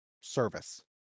service